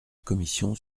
commission